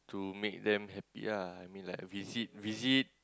to make them happy ya I mean like visit visit